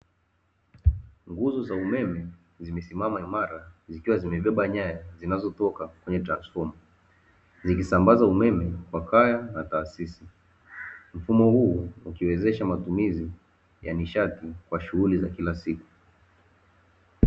Nguzo za umeme zimesimama imara, zikiwa zimebeba nyanya zinazotoka kwenye transifoma. Zikisambamba umeme kwa kaya na taasisi, mfumo huu ukiwezesha matumizi ya nishati kwa shughuli za kila siku.